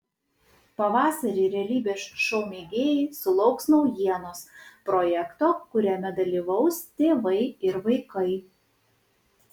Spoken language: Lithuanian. pavasarį realybės šou mėgėjai sulauks naujienos projekto kuriame dalyvaus tėvai ir vaikai